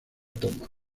toma